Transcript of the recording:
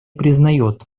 признает